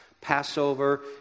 Passover